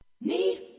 Need